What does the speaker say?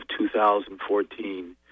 2014